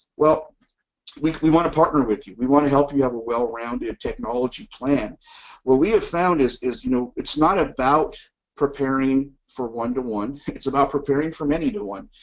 well we we want to partner with you we want to help you have a well-rounded technology plan what we have found is is you know it's not about preparing for one to one, it's about preparing for many to one,